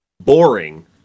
boring